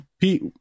Pete